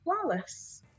Flawless